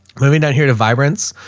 moving down here to vibrance,